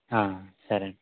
సరే